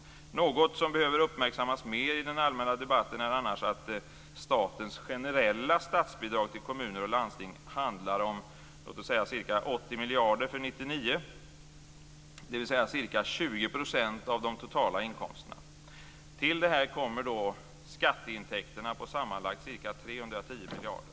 Något som behöver uppmärksammas mer i den allmänna debatten är annars att statens generella statsbidrag till kommuner och landsting handlar om låt oss säga ca 80 miljarder kronor för 1999, dvs. ca 20 % av de totala inkomsterna. Till detta kommer skatteintäkterna på sammanlagt ca 310 miljarder.